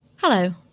Hello